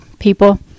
people